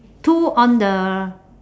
two on the